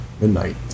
midnight